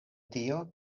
tio